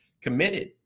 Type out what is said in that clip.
committed